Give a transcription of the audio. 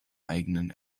eigenen